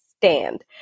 stand